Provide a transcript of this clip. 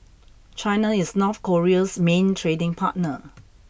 China is North Korea's main trading partner